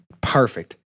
perfect